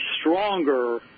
stronger